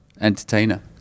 entertainer